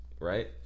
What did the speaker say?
right